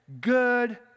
Good